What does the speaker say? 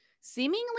seemingly